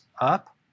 up